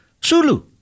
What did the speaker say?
Sulu